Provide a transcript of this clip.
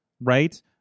right